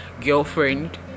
girlfriend